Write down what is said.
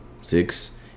six